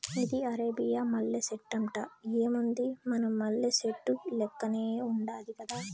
ఇది అరేబియా మల్లె సెట్టంట, ఏముంది మన మల్లె సెట్టు లెక్కనే ఉండాది గదా